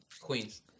Queens